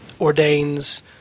ordains